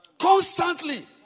Constantly